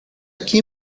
aquí